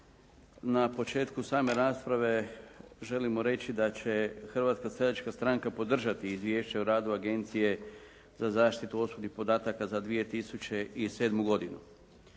Na početku same rasprave želimo reći da će Hrvatska seljačka stranka podržati Izvješće o radu Agencije za zaštitu osobnih podataka za 2007. godinu.